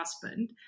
husband